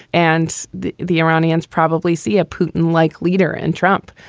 and the the iranians probably see a putin like leader. and trump,